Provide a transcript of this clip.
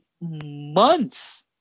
months